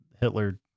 Hitler